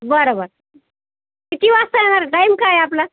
बरं बरं किती वाजता येणार टाईम काय आहे आपला